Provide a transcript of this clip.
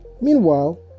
Meanwhile